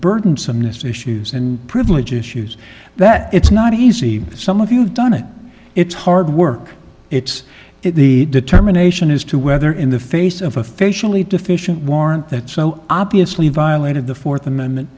burdensome this issues and privilege issues that it's not easy some of you have done it it's hard work it's the determination as to whether in the face of a facially deficient warrant that so obviously violated the fourth amendment